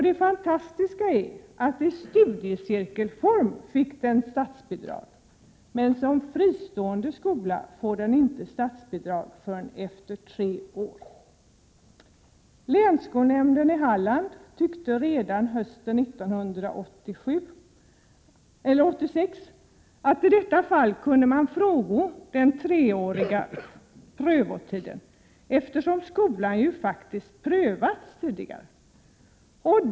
Det fantastiska är att skolan i studiecirkelform fick statsbidrag. Men som fristående skola får den inte statsbidrag förrän efter tre års prövotid. Länsskolnämnden i Halland tyckte redan hösten 1986 att man i detta fall kunde frångå den treåriga prövotiden, eftersom skolan faktiskt hade prövats tidigare.